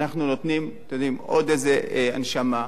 אנחנו נותנים עוד הנשמה,